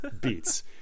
beats